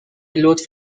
لطف